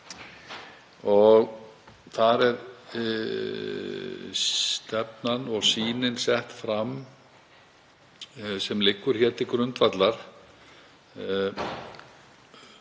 Þar er stefnan og sýnin sett fram sem liggur hér til grundvallar,